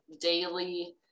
daily